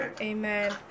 Amen